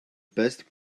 best